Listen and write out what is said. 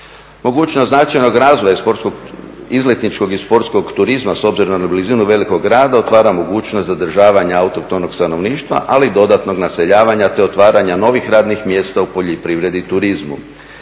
Mogućnost značajnog razvoja izletničkog i sportskog turizma s obzirom na blizinu velikom grada otvara mogućnost zadržavanja autohtonog stanovništva, ali i dodatnog naseljavanja te otvaranja novih radnih mjesta u poljoprivredi i turizmu.